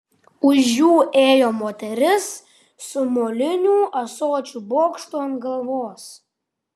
už jų ėjo moteris su molinių ąsočių bokštu ant galvos